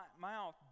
mouth